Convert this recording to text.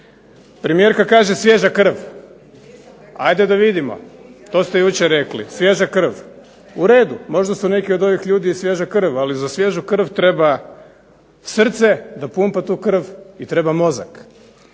Premijerka kaže svježa krv. Hajde da vidimo. To ste jučer rekli svježa krv. U redu, možda su neki od ovih ljudi i svježa krv, ali za svježu krv treba srce da pumpa tu krv i treba mozak.